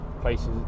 places